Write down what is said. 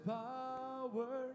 power